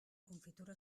confitura